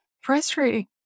frustrating